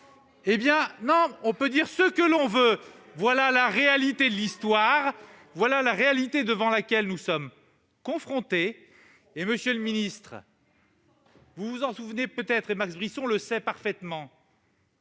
la Turquie. On peut dire ce que l'on veut ; voilà la réalité de l'histoire ; voilà la réalité à laquelle nous sommes confrontés. Monsieur le ministre, vous vous en souvenez peut-être et Max Brisson le sait parfaitement